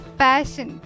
passion